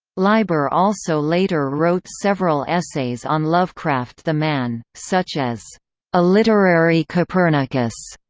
leiber also later wrote several essays on lovecraft the man, such as a literary copernicus,